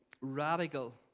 Radical